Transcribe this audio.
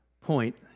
point